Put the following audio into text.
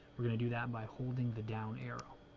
we're gonna do that by holding the down arrow